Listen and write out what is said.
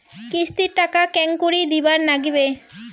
কিস্তির টাকা কেঙ্গকরি দিবার নাগীবে?